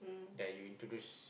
that you introduce